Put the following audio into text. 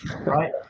right